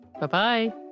Bye-bye